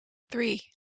three